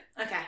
Okay